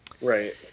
right